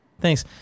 Thanks